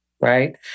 right